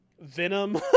venom